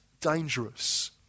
dangerous